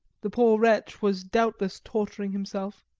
the poor wretch was doubtless torturing himself,